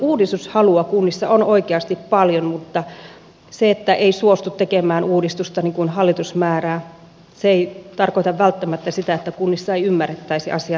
uudistushalua kunnissa on oikeasti paljon mutta se että ei suostu tekemään uudistusta niin kuin hallitus määrää ei tarkoita välttämättä sitä että kunnissa ei ymmärrettäisi asian tärkeyttä